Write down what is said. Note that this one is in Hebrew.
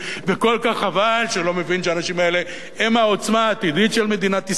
וכל כך חבל שהוא לא מבין שהאנשים האלה הם העוצמה הטבעית של מדינת ישראל,